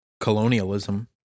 colonialism